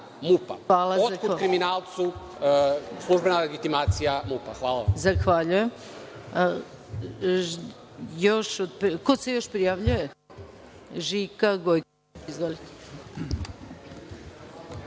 MUP-a. Otkud kriminalcu službena legitimacija MUP-a? Hvala.